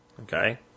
okay